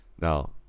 Now